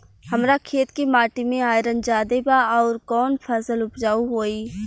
हमरा खेत के माटी मे आयरन जादे बा आउर कौन फसल उपजाऊ होइ?